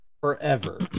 forever